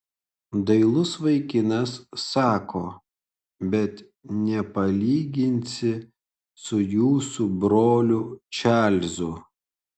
dailus vaikinas sako bet nepalyginsi su jūsų broliu čarlzu